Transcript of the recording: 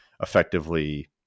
effectively